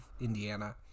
Indiana